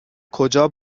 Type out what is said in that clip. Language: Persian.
کجا